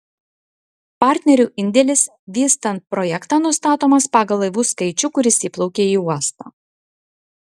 partnerių indėlis vystant projektą nustatomas pagal laivų skaičių kuris įplaukia į uostą